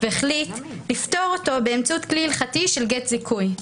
והחליט לפתור אותו באמצעות כלי הלכתי של "גט זיכוי".